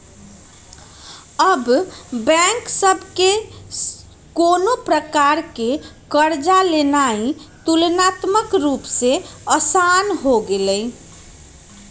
अब बैंक सभ से कोनो प्रकार कें कर्जा लेनाइ तुलनात्मक रूप से असान हो गेलइ